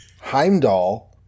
Heimdall